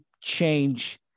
change